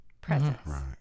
presence